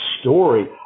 story